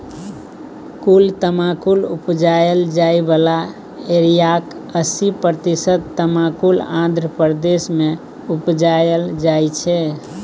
कुल तमाकुल उपजाएल जाइ बला एरियाक अस्सी प्रतिशत तमाकुल आंध्र प्रदेश मे उपजाएल जाइ छै